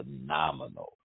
phenomenal